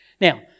Now